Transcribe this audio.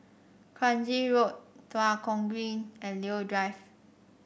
Kranji Road Tua Kong Green and Leo Drive